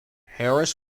harris